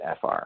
FR